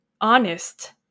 honest